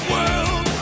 World